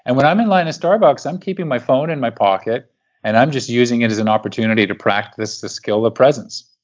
and when i'm in line at starbucks, i'm keeping my phone in my pocket and i'm just using it as an opportunity to practice the skill of presence.